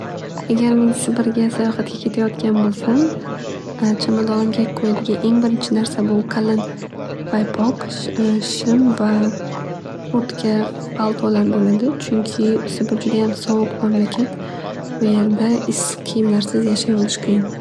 Agar men sibirga sayohatga ketayotgan bo'lsam chamadonimga qo'yadigan eng birinchi narsa bu qalin paypoq shim va qurtka paltolar bo'ladi. Chunki sibir judaham soviq mamlakat. U yerda issiq kiyimlarsiz yashash juda ham qiyin.